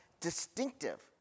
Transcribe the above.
distinctive